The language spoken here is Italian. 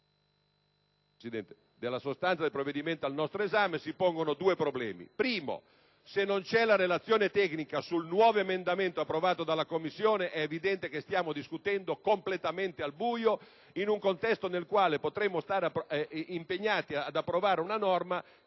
della sostanza del provvedimento al nostro esame si pongono due problemi. Innanzi tutto, se non c'è la relazione tecnica sul nuovo emendamento approvato dalla Commissione è evidente che stiamo discutendo completamente al buio, in un contesto nel quale potremmo stare impegnati ad approvare una norma